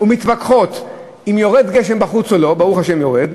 ומתווכחות אם יורד גשם בחוץ או לא" ברוך השם יורד,